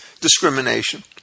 discrimination